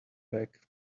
back